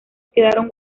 quedaron